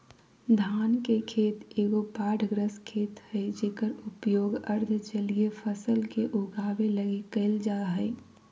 धान के खेत एगो बाढ़ग्रस्त खेत हइ जेकर उपयोग अर्ध जलीय फसल के उगाबे लगी कईल जा हइ